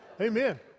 amen